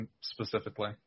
specifically